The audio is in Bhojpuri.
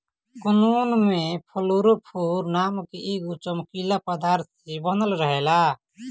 कोकून में फ्लोरोफोर नाम के एगो चमकीला पदार्थ से बनल रहेला